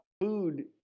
food